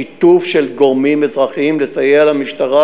הם שיתוף של גורמים אזרחיים לסייע למשטרה,